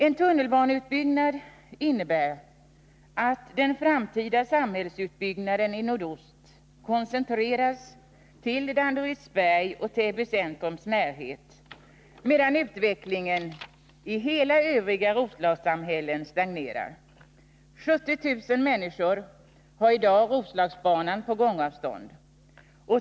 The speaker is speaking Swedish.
En tunnelbaneutbyggnad innebär att den framtida samhällsutbyggnaden i nordost koncentreras till Danderydsberg och Täby centrums närhet, medan utvecklingen i de övriga Roslagssamhällena stagnerar. 70 000 människor har i dag Roslagsbanan på gångavstånd.